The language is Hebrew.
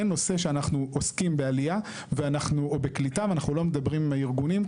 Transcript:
אין נושא שאנחנו עוסקים בעלייה או בקליטה ואנחנו לא מדברים עם הארגונים,